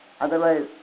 Otherwise